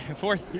fourth.